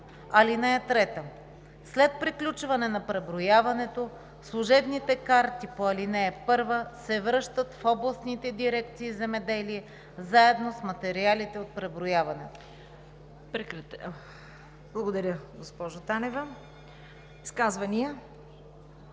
карта. (3) След приключване на преброяването служебните карти по ал. 1 се връщат в областните дирекции „Земеделие“ заедно с материалите от преброяването.“